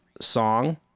song